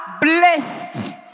blessed